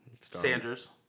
Sanders